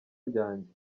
ryanjye